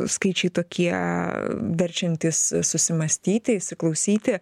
skaičiai tokie verčiantys susimąstyti įsiklausyti